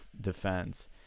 defense